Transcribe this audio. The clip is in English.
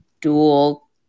dual